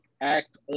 act